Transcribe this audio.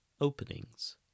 Openings